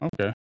Okay